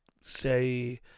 say